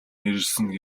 нэрлэсэн